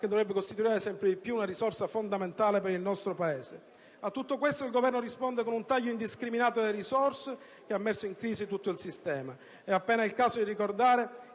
che dovrebbe costituire sempre di più una risorsa fondamentale per il nostro Paese. A tutto questo il Governo risponde con un taglio indiscriminato delle risorse che ha messo in crisi tutto il sistema. È appena il caso di ricordare